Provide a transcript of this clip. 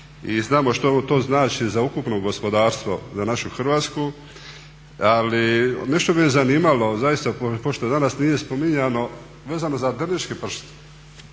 i znamo što mu to znači za ukupno gospodarstvo za našu Hrvatsku. Ali nešto bi me zanimalo zaista a pošto danas nije spominjano, vezano za drniški pršut.